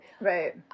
right